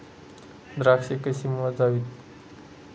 द्राक्षे कशी मोजावीत?